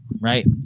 right